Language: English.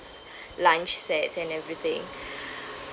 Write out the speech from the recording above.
lunch sets and everything